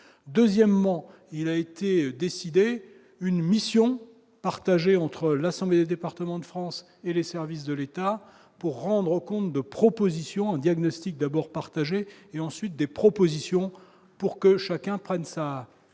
deuxièmement, il a été décidé une mission partagée entre l'Assemblée des départements de France et les services de l'État pour rendre compte de propositions en diagnostic d'abord partagé et ensuite des propositions pour que chacun prenne sa part